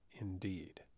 indeed